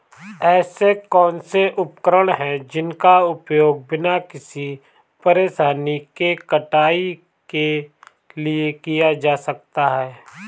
ऐसे कौनसे उपकरण हैं जिनका उपयोग बिना किसी परेशानी के कटाई के लिए किया जा सकता है?